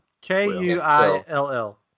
K-U-I-L-L